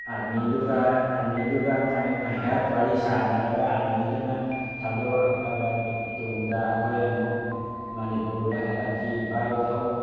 ꯑꯥꯔꯃꯤꯗꯨꯒ ꯑꯥꯔꯃꯤꯗꯨꯒ ꯉꯥꯏꯍꯥꯛ ꯋꯥꯔꯤ ꯁꯥꯟꯅꯔꯒ ꯑꯥꯔꯃꯤꯗꯨꯅ ꯊꯥꯗꯣꯔꯛꯂꯕ ꯇꯨꯡꯗ ꯑꯩꯈꯣꯏ ꯑꯃꯨꯛ ꯃꯅꯤꯄꯨꯔꯗ ꯍꯜꯂꯛꯈꯤ ꯕꯥꯏꯠ ꯊꯧ